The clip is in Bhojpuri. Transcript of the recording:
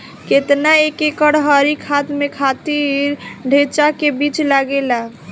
केतना एक एकड़ हरी खाद के खातिर ढैचा के बीज लागेला?